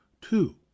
Two